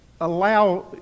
allow